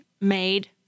made